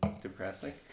depressing